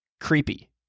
creepy